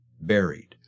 buried